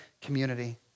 community